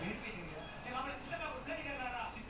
ya then ya then now switch